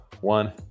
one